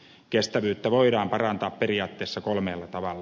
kestävyyttä voidaan parantaa periaatteessa kolmella tavalla